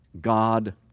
God